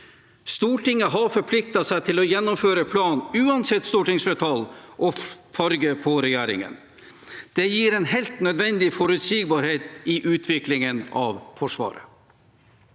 Stortinget har forpliktet seg til å gjennomføre planen, uansett stortingsflertall og farge på regjering, og det gir en helt nødvendig forutsigbarhet i utviklingen av Forsvaret.